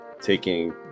taking